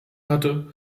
hatte